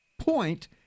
point